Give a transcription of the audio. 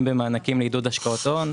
אם במענקים לעידוד השקעות הון,